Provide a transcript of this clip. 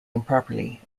improperly